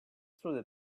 through